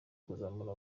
kuzamura